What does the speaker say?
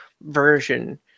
version